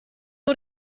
nur